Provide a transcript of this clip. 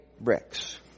bricks